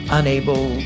unable